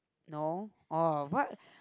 no or what